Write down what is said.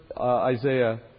Isaiah